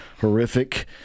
horrific